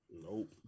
Nope